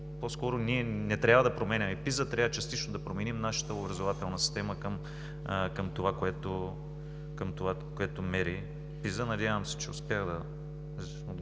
По-скоро ние не трябва да променяме PISA, трябва частично да променим нашата образователна система към това, което мери PISA. Надявам се, че успях да отговоря